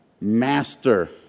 master